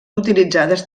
utilitzades